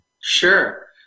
Sure